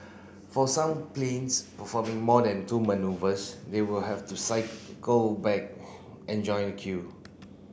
for some planes performing more than two manoeuvres they will have to cycle back and join the queue